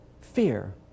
fear